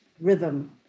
rhythm